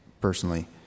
personally